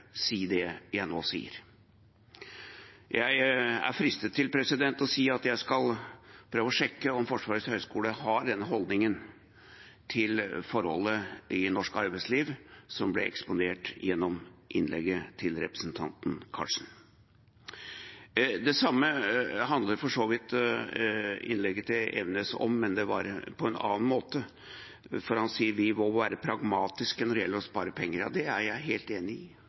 si det jeg nå sier. Jeg er fristet til å si at jeg skal prøve å sjekke om Forsvarets høgskole har den holdningen til forhold i norsk arbeidsliv som ble eksponert gjennom innlegget til representanten Karlsen. Det samme handler for så vidt innlegget til representanten Elvenes om, men det var på en annen måte, for han sier at vi må være pragmatiske når det gjelder å spare penger. Ja, det er jeg helt enig i